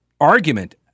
argument